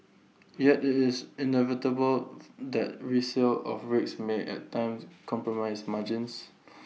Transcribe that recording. yet IT is inevitable that resale of rigs may at times compromise margins